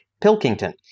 Pilkington